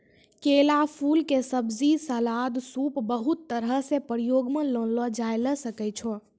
केला फूल के सब्जी, सलाद, सूप बहुत तरह सॅ प्रयोग मॅ लानलो जाय ल सकै छो